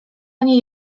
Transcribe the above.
ani